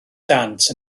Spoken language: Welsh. dant